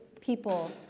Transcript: people